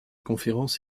conférence